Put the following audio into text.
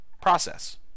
process